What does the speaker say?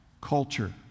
culture